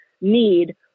need